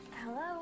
Hello